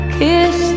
kiss